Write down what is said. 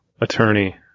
attorney